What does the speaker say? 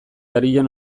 arian